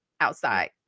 outside